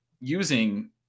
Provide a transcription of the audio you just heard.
using